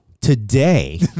today